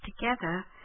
together